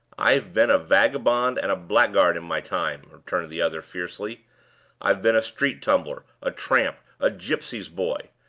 i've been a vagabond and a blackguard in my time, returned the other, fiercely i've been a street tumbler, a tramp, a gypsy's boy!